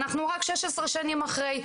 אנחנו רק 16 שנים אחרי,